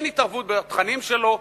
אין התערבות בתכנים שלו,